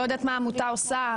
אני לא יודעת מה העמותה עושה.